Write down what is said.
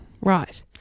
Right